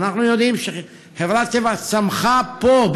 ואנחנו יודעים שחברת טבע צמחה פה,